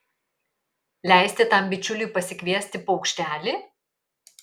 leisti tam bičiuliui pasikviesti paukštelį